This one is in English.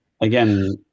again